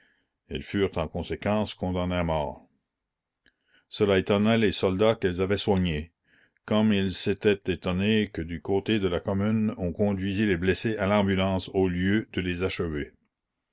elles furent en conséquence condamnées à mort cela étonna les soldats qu'elles avaient soignés comme ils s'étaient étonnés que du côté de la commune on conduisît les blessés à l'ambulance au lieu de les achever